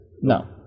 No